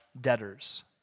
debtors